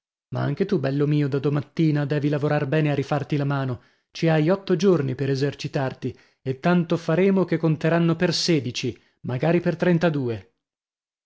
ma anche tu bello mio da domattina devi lavorar bene a rifarti la mano ci hai otto giorni per esercitarti e tanto faremo che conteranno per sedici magari per trentadue